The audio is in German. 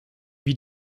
wie